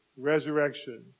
resurrection